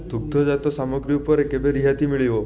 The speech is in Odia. ଦୁଗ୍ଧଜାତ ସାମଗ୍ରୀ ଉପରେ କେବେ ରିହାତି ମିଳିବ